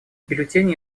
бюллетеней